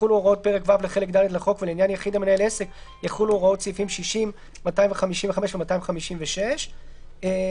"מנהל ההסדר ימציא העתק מבקשת היחיד